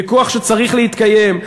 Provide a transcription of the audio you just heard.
ויכוח שצריך להתקיים,